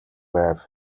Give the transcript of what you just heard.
байв